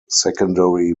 secondary